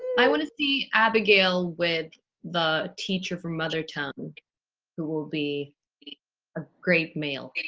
i want to see abigail with the teacher for mothertongue who will be be a great male.